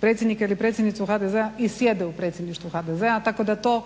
predsjednika ili predsjednicu HDZ-a i sjede u Predsjedništvu HDZ-a